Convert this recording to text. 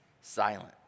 silent